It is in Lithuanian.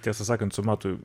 tiesą sakant su matu